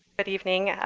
good evening.